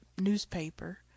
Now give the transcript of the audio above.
newspaper